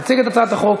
תציג את הצעת החוק